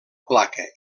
placa